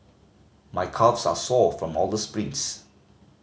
my calves are sore from all the sprints